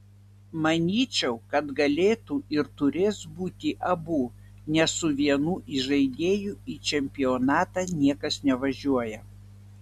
manyčiau kad galėtų ir turės būti abu nes su vienu įžaidėju į čempionatą niekas nevažiuoja